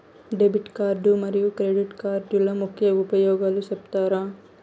Debit card మరియు credit కార్డుల ముఖ్య ఉపయోగాలు సెప్తారా?